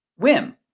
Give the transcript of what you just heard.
Wim